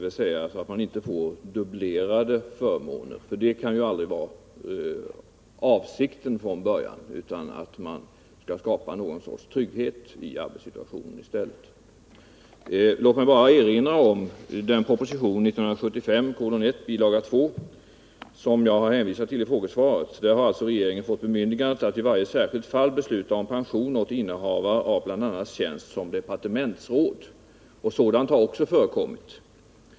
Ingen bör sålunda få dubblerade förmåner — det kan aldrig ha varit avsikten från början utan den har varit att skapa trygghet i arbetssituationen. Låt mig erinra om proposition 1975:1 bil. 2, som jag har hänvisat till i svaret. Där har regeringen fått bemyndigandet att i varje särskilt fall besluta om pension åt innehavare av bl.a. tjänst som departementsråd. Sådana beslut har också förekommit.